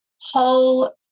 whole